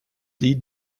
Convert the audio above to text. sie